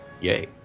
Yay